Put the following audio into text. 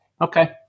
Okay